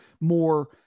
more